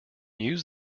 use